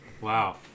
Wow